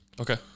Okay